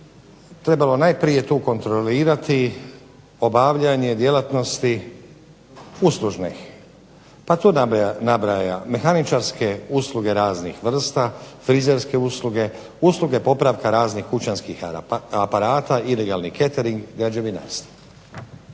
trebalo najprije tu kontrolirati obavljanje djelatnosti uslužne, tu nabraja, mehaničarske usluge raznih vrsta, frizerske usluge, usluge popravka raznih kućanskih aparata, ilegalni catering, građevinarstvo.